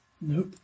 Nope